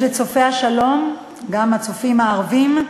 יש "צופי השלום" ו"הצופים הערבים"